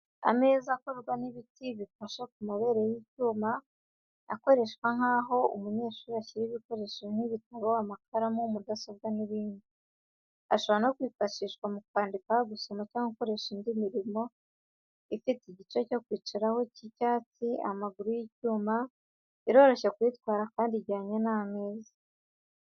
Ameza akorwa n'ibiti bifashe ku mabere y'icyuma. Akoreshwa nk'aho umunyeshuri ashyira ibikoresho nk'ibitabo, amakaramu, mudasobwa, n’ibindi. Ashobora no kwifashishwa mu kwandika, gusoma cyangwa gukorera indi mirimo. Ifite igice cyo kwicaraho cy’icyatsi n’amaguru y’icyuma. Iroroshye kuyitwara kandi ijyanye n’ameza.